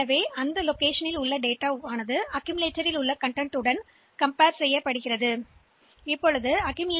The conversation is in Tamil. எனவே இந்த இருப்பிடத்தின் உள்ளடக்கத்தை குவிப்பான் பதிவின் உள்ளடக்கத்துடன் ஒப்பிடுகிறோம்